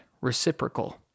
reciprocal